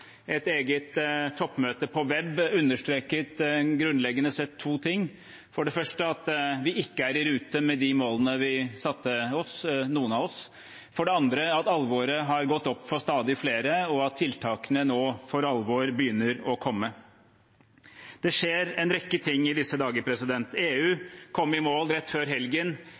Et eget toppmøte på web understreket grunnleggende sett to ting, for det første at vi ikke er i rute med de målene vi satte oss, noen av oss, for det andre at alvoret har gått opp for stadig flere, og at tiltakene nå for alvor begynner å komme. Det skjer en rekke ting i disse dager. EU kom rett før helgen i mål